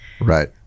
right